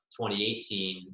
2018